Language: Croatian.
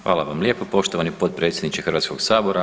Hvala vam lijepo poštovani potpredsjedniče Hrvatskog sabora.